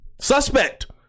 suspect